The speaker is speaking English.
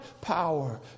power